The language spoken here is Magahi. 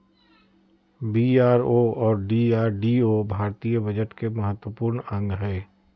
बी.आर.ओ और डी.आर.डी.ओ भारतीय बजट के महत्वपूर्ण अंग हय